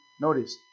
Notice